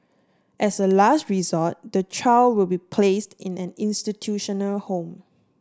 as a last resort the child will be placed in an institutional home